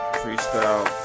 freestyle